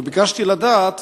וביקשתי לדעת